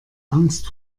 angst